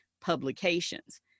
publications